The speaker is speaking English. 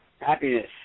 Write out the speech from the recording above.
Happiness